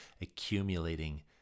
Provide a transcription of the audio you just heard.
accumulating